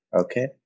Okay